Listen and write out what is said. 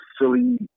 silly